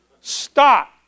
Stop